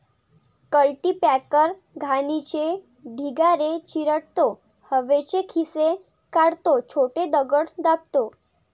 cultipacker घाणीचे ढिगारे चिरडतो, हवेचे खिसे काढतो, छोटे दगड दाबतो